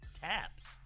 taps